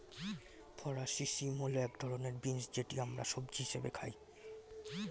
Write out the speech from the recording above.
ফরাসি শিম হল এক ধরনের বিন্স যেটি আমরা সবজি হিসেবে খাই